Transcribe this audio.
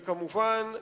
וכמובן,